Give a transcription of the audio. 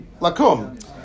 Lakum